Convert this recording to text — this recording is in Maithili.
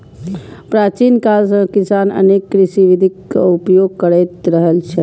प्राचीन काल सं किसान अनेक कृषि विधिक उपयोग करैत रहल छै